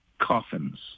coffins